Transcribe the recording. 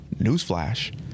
Newsflash